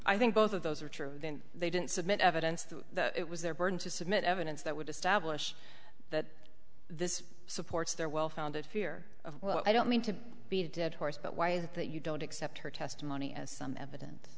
i think both of those are true they didn't submit evidence that it was their burden to submit evidence that would establish that this supports their well founded fear of well i don't mean to beat a dead horse but why is it that you don't accept her testimony as some evidence